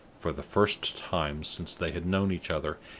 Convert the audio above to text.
for the first time since they had known each other,